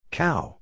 cow